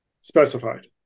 specified